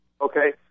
Okay